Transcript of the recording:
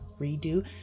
redo